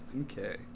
Okay